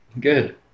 Good